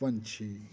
ਪੰਛੀ